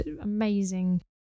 amazing